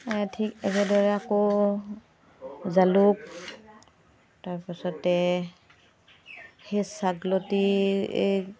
ঠিক একেদৰে আকৌ জালুক তাৰ পাছতে সেই ছাগলতী